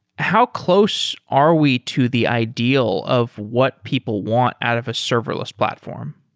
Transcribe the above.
how close are we to the ideal of what people want out of a serverless platform?